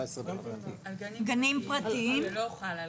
על גנים פרטיים, לא חל.